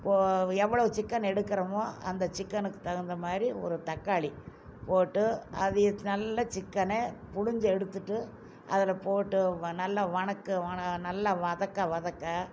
போ எவ்வளவு சிக்கன் எடுக்கிறோமோ அந்த சிக்கனுக்கு தகுந்தமாதிரி ஒரு தக்காளி போட்டு அதை நல்ல சிக்கனை புழிஞ்சு எடுத்துகிட்டு அதில் போட்டு நல்லா வணக்கு வண நல்லா வதக்க வதக்க